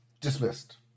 dismissed